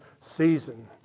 season